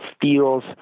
feels